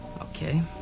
Okay